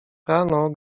rano